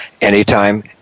anytime